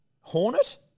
Hornet